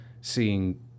seeing